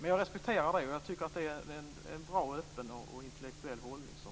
Jag respekterar den goda, öppna och intellektuella hållning som man här har.